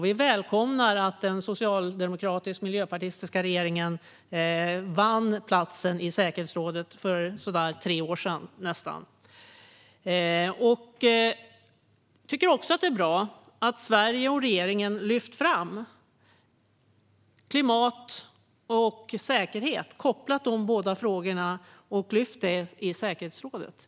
Vi välkomnade att den socialdemokratiska-miljöpartistiska regeringen vann platsen i säkerhetsrådet för nästan tre år sedan. Jag tycker också att det är bra att Sverige och regeringen har lyft upp och kopplat ihop frågorna om klimat och säkerhet i säkerhetsrådet.